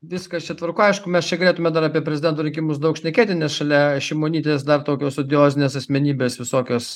viskas čia tvarkoj aišku mes čia galėtume dar apie prezidento rinkimus daug šnekėti nes šalia šimonytės dar tokios odiozinės asmenybės visokios